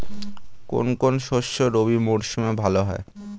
কোন কোন শস্য রবি মরশুমে ভালো হয়?